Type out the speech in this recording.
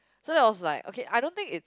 so that was like okay I don't think it